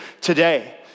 today